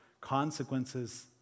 consequences